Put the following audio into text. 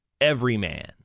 everyman